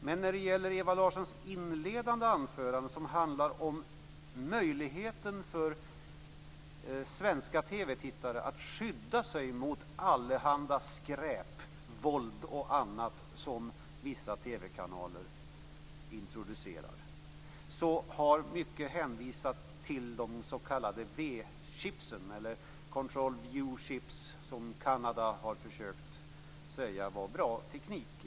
Men när det gäller Ewa Larssons inledande anförande, som handlade om möjligheten för svenska TV tittare att skydda sig mot allehanda skräp, våld och annat som vissa TV-kanaler introducerar, har många hänvisningar gjorts till de s.k. V-chipsen, eller control view-chips, en teknik som Kanada har försökt att utveckla.